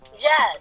Yes